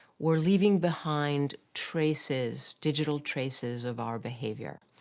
we're leaving behind traces digital traces of our behavior.